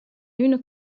üna